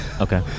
Okay